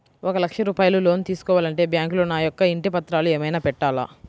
ఒక లక్ష రూపాయలు లోన్ తీసుకోవాలి అంటే బ్యాంకులో నా యొక్క ఇంటి పత్రాలు ఏమైనా పెట్టాలా?